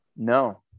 No